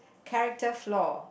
character flaw